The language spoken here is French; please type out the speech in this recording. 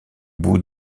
bout